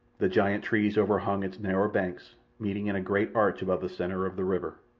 the giant trees overhung its narrow banks, meeting in a great arch above the centre of the river.